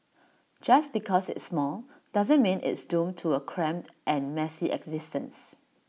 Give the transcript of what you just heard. just because it's small doesn't mean it's doomed to A cramped and messy existence